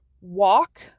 walk